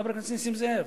חבר הכנסת נסים זאב?